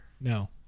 No